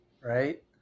right